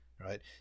right